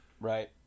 Right